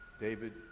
David